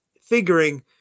figuring